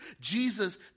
Jesus